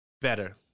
better